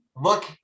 look